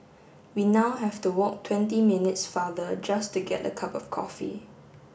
we now have to walk twenty minutes farther just to get a cup of coffee